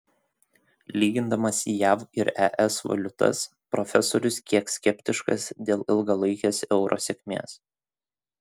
lygindamas jav ir es valiutas profesorius kiek skeptiškas dėl ilgalaikės euro sėkmės